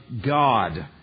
God